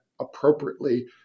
Appropriately